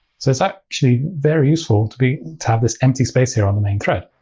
so it's actually very useful to be to have this empty space here on the main thread.